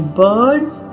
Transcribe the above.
birds